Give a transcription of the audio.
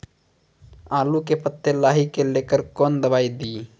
आलू के पत्ता लाही के लेकर कौन दवाई दी?